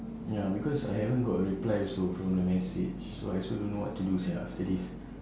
ya because I haven't got a reply also from the message so I also no know what to do sia after this